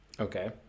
Okay